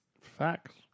Facts